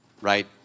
right